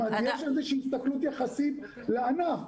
כלומר, יש איזושהי הסתכלות יחסית לענף.